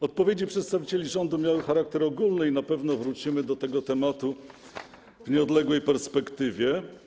Odpowiedzi przedstawicieli rządu miały charakter ogólny i na pewno wrócimy do tego tematu w nieodległej perspektywie.